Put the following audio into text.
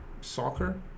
soccer